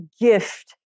gift